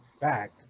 back